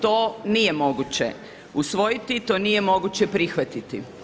To nije moguće usvojiti, to nije moguće prihvatiti.